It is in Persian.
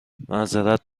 معذرت